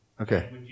Okay